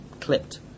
clipped